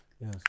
Yes